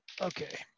okay